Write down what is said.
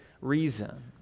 reason